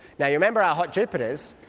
yeah you remember our hot jupiters,